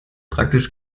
praktisch